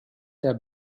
der